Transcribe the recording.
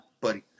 buddy